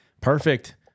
Perfect